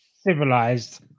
Civilized